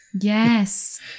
Yes